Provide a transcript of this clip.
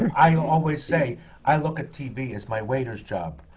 i always say i look at tv as my waiter's job,